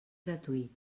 gratuït